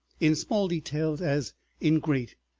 in small details as in great,